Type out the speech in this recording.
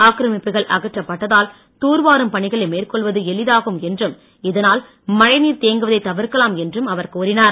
ஆக்கிரமிப்புகள் அகற்றப்பட்டதால் தூர்வாரும் பணிகளை மேற்கொள்வது எளிதாகும் என்றும் இதனால் மழை நீர் தேங்குவதை தவிர்க்கலாம் என்றும் அவர் கூறினார்